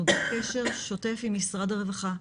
אנחנו בקשר שוטף עם משרד הרווחה.